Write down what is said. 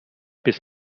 bis